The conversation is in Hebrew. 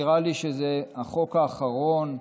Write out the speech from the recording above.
נראה לי שזה החוק האחרון,